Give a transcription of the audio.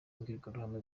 imbwirwaruhame